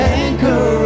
anchor